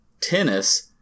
Tennis